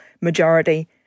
majority